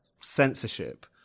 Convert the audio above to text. censorship